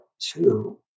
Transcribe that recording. two